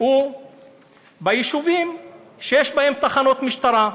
הוא ביישובים שיש בהם תחנות משטרה.